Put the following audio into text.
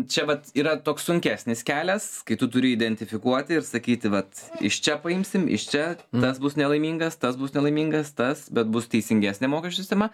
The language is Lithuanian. čia vat yra toks sunkesnis kelias kai tu turi identifikuoti ir sakyti vat iš čia paimsim iš čia tas bus nelaimingas tas bus nelaimingas tas bet bus teisingesnė mokesčių sistema